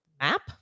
map